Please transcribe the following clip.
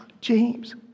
James